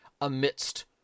amidst